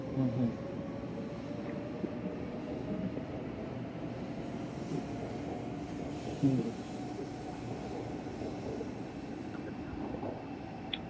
ꯎꯝꯍꯨꯝ ꯎꯝ